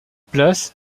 place